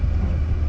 ah